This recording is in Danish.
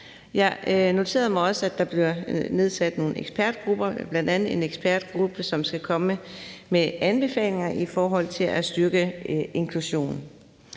Jeg noterede mig også, at der bliver nedsat nogle ekspertgrupper, bl.a. en ekspertgruppe, som skal komme med anbefalinger i forhold til at styrke inklusion.